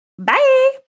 Bye